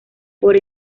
por